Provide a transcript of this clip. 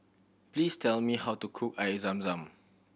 please tell me how to cook Air Zam Zam